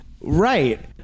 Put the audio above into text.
Right